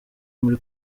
muri